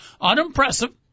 unimpressive